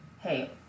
hey